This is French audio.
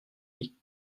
lit